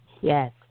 Yes